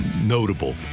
notable